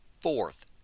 Fourth